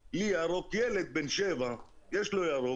ילד בן שבעה רואה ירוק,